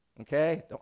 okay